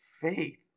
faith